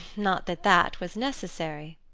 not that that was necessary.